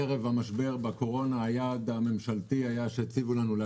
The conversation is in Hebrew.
ערב משבר הקורונה היעד הממשלתי שהציגו לנו היה